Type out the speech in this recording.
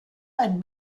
ein